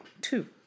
Two